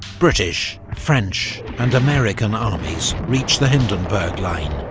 british, french and american armies reach the hindenburg line,